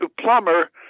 plumber